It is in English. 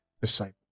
disciple